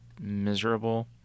miserable